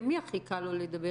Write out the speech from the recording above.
עם מי הכי קל לו לדבר?